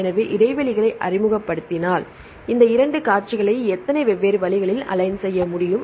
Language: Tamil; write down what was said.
எனவே இடைவெளிகளை அறிமுகப்படுத்தினால் இந்த 2 காட்சிகளை எத்தனை வெவ்வேறு வழிகளில் அலைன் செய்ய முடியும்